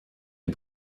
est